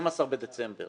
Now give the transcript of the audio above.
ב-12 בדצמבר